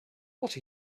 what